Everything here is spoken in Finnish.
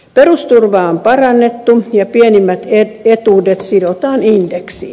perusturvaa on parannettu ja pienimmät etuudet sidotaan indeksiin